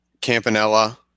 Campanella